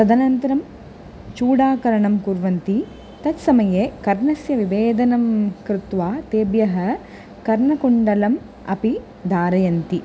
तदनन्तरं चूडाकरणं कुर्वन्ति तत्समये कर्णस्य भेदनं कृत्वा तेभ्यः कर्णकुण्डलम् अपि धारयन्ति